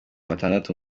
batandatu